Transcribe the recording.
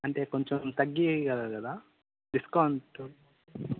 అంటే కొంచెం తగ్గించగలరు కదా డిస్కౌంటు